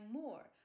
more